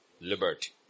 liberty